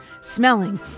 smelling